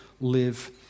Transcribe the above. live